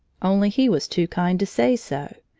only he was too kind to say so.